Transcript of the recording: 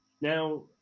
Now